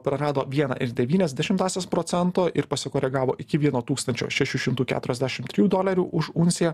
prarado vieną ir devynias dešimtąsias procento ir pasikoregavo iki vieno tūkstančio šešių šimtų dolerių už unciją